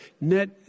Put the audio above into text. net